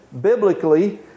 biblically